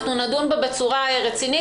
נדון בה בצורה רצינית.